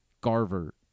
Garver